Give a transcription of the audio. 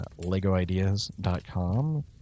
legoideas.com